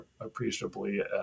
appreciably